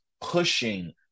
pushing